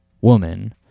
woman